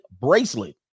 bracelet